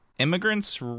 Immigrants